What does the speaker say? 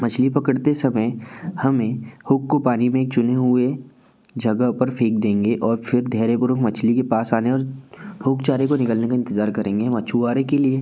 मछली पकड़ते समय हमें हुक को पानी में एक चुने हुए जगह पर फेंक देंगे और फिर धैर्य करो मछली के पास आने और हुक चारे को निगलने का इंतेज़ार करेंगे मछुआरे के लिए